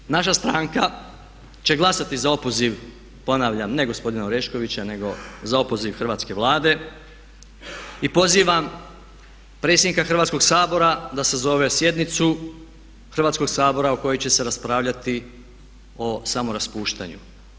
Zato naša stranka će glasati za opoziv ponavljam ne gospodina Oreškovića nego za opoziv Hrvatske vlade i pozivam predsjednika Hrvatskog sabora da sazove sjednicu Hrvatskog sabora na kojoj će se raspravljati o samoraspuštanju.